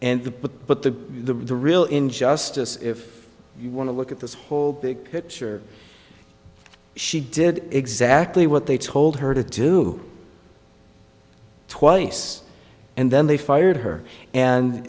the but the the real injustice if you want to look at this whole big picture she did exactly what they told her to do twice and then they fired her and